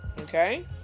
Okay